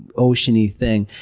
ocean-y thing.